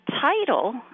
title